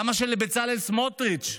למה שאת בצלאל סמוטריץ',